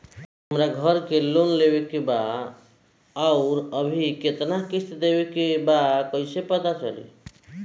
हमरा घर के लोन लेवल बा आउर अभी केतना किश्त देवे के बा कैसे पता चली?